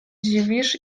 dziwisz